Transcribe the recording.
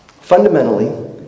Fundamentally